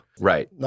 Right